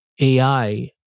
AI